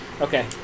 Okay